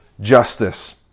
justice